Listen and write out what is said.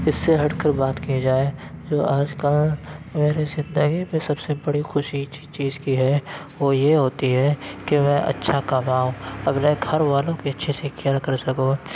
اس سے ہٹ کر بات کی جائے جو آج کل میری زندگی میں سب سے بڑی خوشی جس چیز کی ہے وہ یہ ہوتی ہے کہ میں اچھا کماؤں اپنے گھر والوں کی اچھی سی کیئر کر سکوں